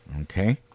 Okay